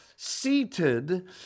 seated